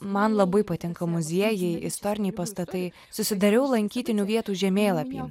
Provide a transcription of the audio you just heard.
man labai patinka muziejai istoriniai pastatai susidariau lankytinų vietų žemėlapį